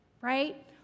Right